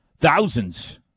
thousands